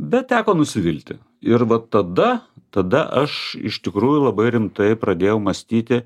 bet teko nusivilti ir va tada tada aš iš tikrųjų labai rimtai pradėjau mąstyti